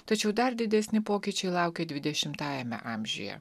tačiau dar didesni pokyčiai laukia dvidešimtajame amžiuje